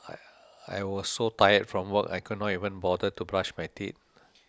I was so tired from work I could not even bother to brush my teeth